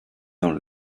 dans